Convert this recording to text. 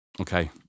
Okay